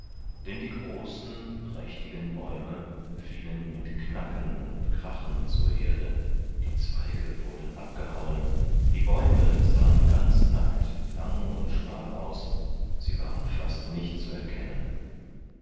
denn die großen prächtigen bäume fielen mit knacken und krachen zur erde die zweige wurden abgehauen die bäume sahen ganz nackt lang und schmal aus sie waren fast nicht zu erkennen